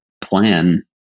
plan